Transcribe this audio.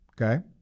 Okay